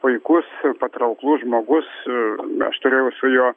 puikus ir patrauklus žmogus aš turėjau su juo